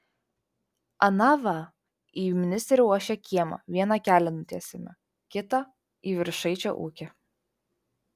ana va į ministerio uošvio kiemą vieną kelią nutiesėme kitą į viršaičio ūkį